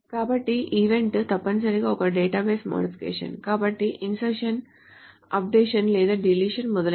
కాబట్టి ఈవెంట్ తప్పనిసరిగా ఒక డేటాబేస్ మోడిఫికేషన్ కాబట్టి ఇన్సర్షన్ అప్ డేషన్స్ లేదా డిలీషన్ మొదలైనవి